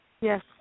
Yes